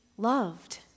Loved